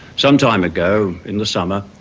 some time ago, in the summer,